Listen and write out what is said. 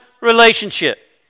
relationship